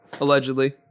Allegedly